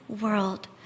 world